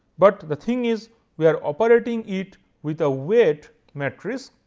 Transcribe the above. but the thing is we are operating it with a weight matrix.